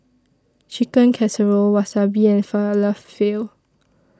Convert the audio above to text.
Chicken Casserole Wasabi and Falafel